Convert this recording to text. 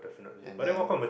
and then